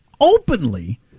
openly